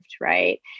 right